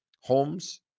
homes